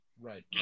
Right